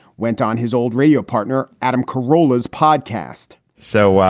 went on his old radio partner, adam corona's podcast so,